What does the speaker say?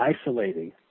isolating